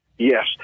Yes